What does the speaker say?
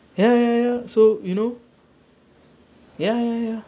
ya ya ya so you know ya ya ya